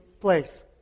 place